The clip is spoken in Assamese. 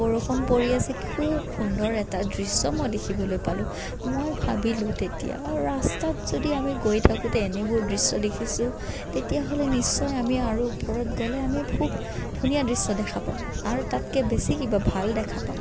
বৰষুণ পৰি আছে খুব সুন্দৰ এটা দৃশ্য মই দেখিবলৈ পালোঁ মই ভাবিলো তেতিয়া আৰু ৰাস্তাত যদি আমি গৈ থাকোঁতে এনেবোৰ দৃশ্য দেখিছোঁ তেতিয়াহ'লে নিশ্চয় আমি আৰু ওপৰত গ'লে আমি খুব ধুনীয়া দৃশ্য দেখা পাম আৰু তাতকৈ বেছি কিবা ভাল দেখা পাম